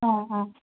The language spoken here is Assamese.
অঁ অঁ